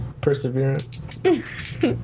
Perseverance